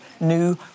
new